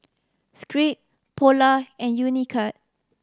Schick Polar and Unicurd